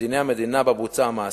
בדיני המדינה שבה המעשה בוצע,